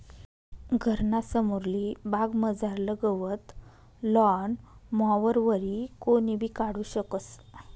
घरना समोरली बागमझारलं गवत लॉन मॉवरवरी कोणीबी काढू शकस